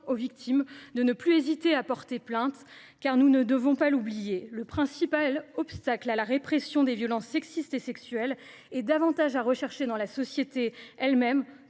aux victimes de ne plus hésiter à porter plainte. En effet, nous ne devons pas oublier que le principal obstacle à la répression des violences sexistes et sexuelles tient davantage à la société elle même